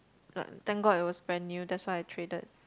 but thank god it was brand new that's why I traded